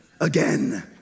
Again